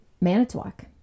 Manitowoc